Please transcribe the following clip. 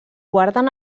guarden